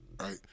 right